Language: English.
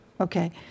Okay